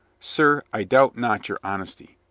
sir, i doubt not your honesty.